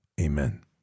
amen